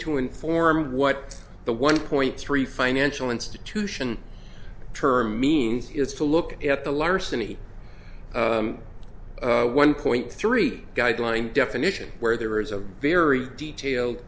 to inform what the one point three financial institution term means is to look at the larceny one point three guideline definition where there is a very detailed